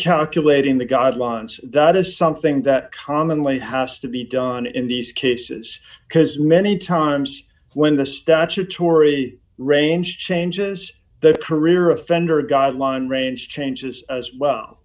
recalculating the guidelines that is something that commonly house to be done in these cases because many times when the statutory range changes their career offender guideline range changes as well